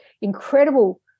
incredible